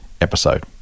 episode